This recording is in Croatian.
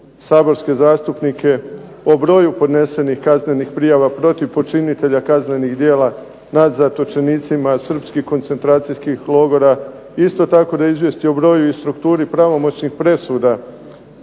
saborske zastupnike o broju podnesenih kaznenih prijava protiv počinitelja kaznenih djela nad zatočenicima srpskih koncentracijskih logora. Isto tako da izvijesti o broju i strukturi pravomoćnih presuda